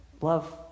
Love